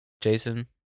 Jason